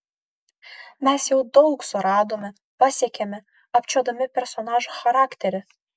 mes jau daug suradome pasiekėme apčiuopdami personažo charakterį